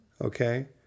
Okay